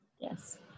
Yes